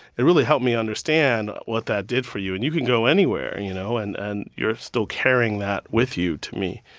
it really helped me understand what that did for you. and you can go anywhere, you know, and and you're still carrying that with you to me.